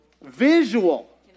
Visual